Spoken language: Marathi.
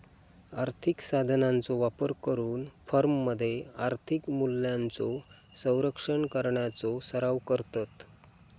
आर्थिक साधनांचो वापर करून फर्ममध्ये आर्थिक मूल्यांचो संरक्षण करण्याचो सराव करतत